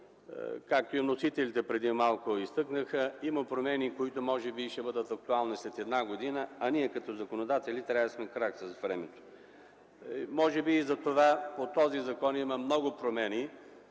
Както и вносителите преди малко изтъкнаха, има промени, които може би ще бъдат актуални след една година, а ние като законодатели трябва да сме в крак с времето. Може би заради това по този закон има направени